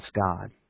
God